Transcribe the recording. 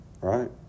right